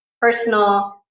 personal